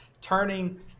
turning